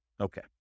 Okay